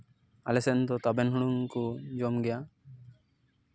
ᱟᱞᱮ ᱥᱮᱱ ᱫᱚ ᱛᱟᱵᱮᱱ ᱦᱩᱲᱩᱝ ᱠᱚ ᱡᱚᱢ ᱜᱮᱭᱟ